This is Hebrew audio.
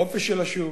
חופש של השוק,